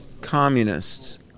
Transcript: communists